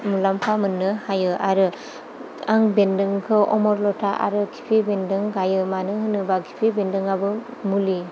मुलाम्फा मोननो हायो आरो आं बेन्दोंखौ अमरलथा आरो खिफि बेनदों गायो मोनो होनोबा खिफि बेनदोंआबो मुलि